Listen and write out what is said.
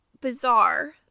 bizarre